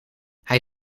hij